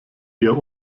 eher